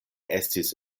estis